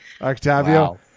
octavio